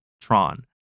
Tron